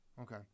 Okay